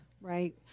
Right